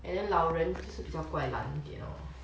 and then 老人就是比较 guai lan 一点 lor